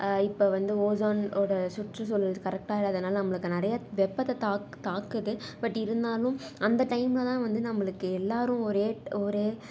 இப்போ வந்து ஓஸோன் ஓட சுற்றுசூழல் கரெக்டாக இல்லாதனால நம்மளுக்கு நிறையா வெப்பத்தை தாக்கு தாக்குது பட் இருந்தாலும் அந்த டைமில் தான் வந்து நம்பளுக்கு எல்லாரும் ஒரே ஒரே